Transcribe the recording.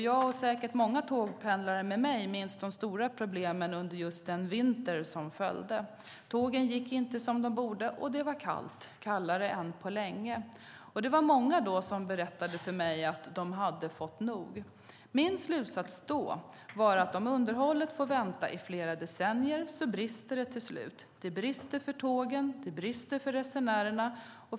Jag, och säkert många tågpendlare med mig, minns de stora problemen under just den vinter som följde. Tågen gick inte som de borde, och det var kallt - kallare än på länge. Det var många som då berättade för mig att de hade fått nog. Min slutsats var att om underhållet av banorna får vänta i flera decennier brister det till slut. Det brister för tågen, och det brister för resenärerna.